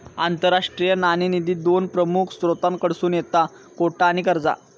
आंतरराष्ट्रीय नाणेनिधी दोन प्रमुख स्त्रोतांकडसून येता कोटा आणि कर्जा